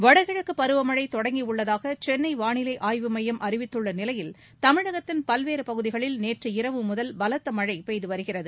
வடகிழக்கு பருவமழை தொடங்கியுள்ளதாக சென்னை வாளிலை ஆய்வு மையம் அறிவித்துள்ள நிலையில் தமிழகத்தின் பல்வேறு பகுதிகளில் நேற்று இரவு முதல் பலத்த மழை பெய்து வருகிறது